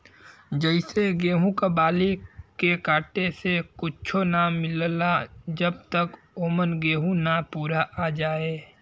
जइसे गेहूं क बाली के काटे से कुच्च्छो ना मिलला जब तक औमन गेंहू ना पूरा आ जाए